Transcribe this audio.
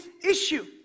issue